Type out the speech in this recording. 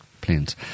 planes